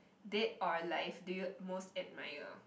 dead or alive do you most admire